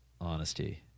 Honesty